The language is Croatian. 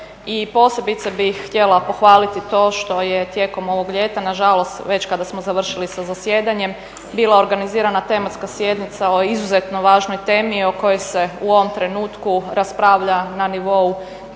i posebice bih htjela pohvaliti to što je tijekom ovog ljeta nažalost već kada smo završili sa zasjedanjem bila organizirana tematska sjednica o izuzetno važnoj temi o kojoj se u ovom trenutku raspravlja na nivou